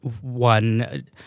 one